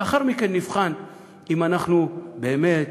לאחר מכן נבחן אם אנחנו באמת